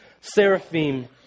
seraphim